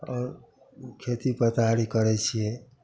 आओर खेती पथारी करै छिए